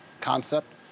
concept